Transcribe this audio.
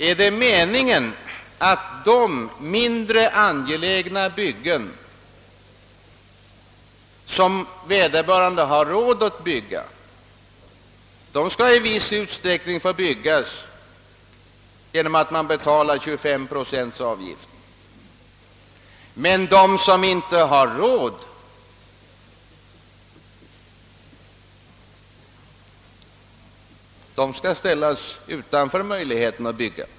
är det meningen att de mindre angelägna byggen som vederbörande har råd att uppföra i viss utsträckning också skall få uppföras genom att man betalar en 25-procentig avgift men att de som inte har råd skall ställas utanför möjligheten att bygga?